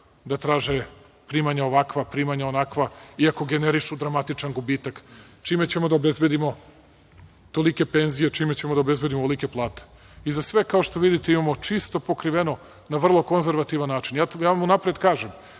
da traže primanja ovakva, primanja onakva, i ako generišu dramatičan gubitak, čime ćemo da obezbedimo tolike penzije, čime ćemo da obezbedimo ovolike plate? Za sve, kao što vidite, imamo čisto pokriveno, na vrlo konzervativan način. Ja vam unapred kažem,